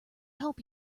help